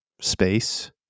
space